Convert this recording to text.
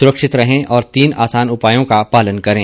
सुरक्षित रहें और तीन आसान उपायों का पालन करें